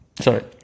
sorry